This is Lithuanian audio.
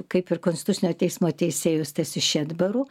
kaip ir konstitucinio teismo teisėju stasiu šedbaru